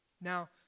Now